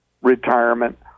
retirement